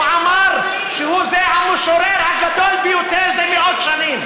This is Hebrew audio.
הוא אמר שזה המשורר הגדול ביותר זה מאות שנים,